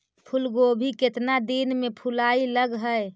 फुलगोभी केतना दिन में फुलाइ लग है?